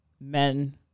men